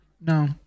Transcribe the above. No